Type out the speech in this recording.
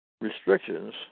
restrictions